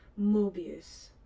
Mobius